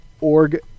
org